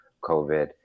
COVID